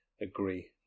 agree